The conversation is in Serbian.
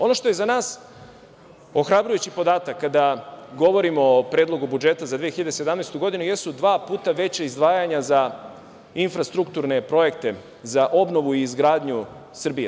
Ono što je za nas ohrabrujući podatak, kada govorimo o Predlogu budžeta za 2017. godinu, jesu dva puta veća izdvajanja za infrastrukturne projekte za obnovu i izgradnju Srbije.